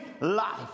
life